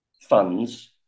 funds